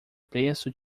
preço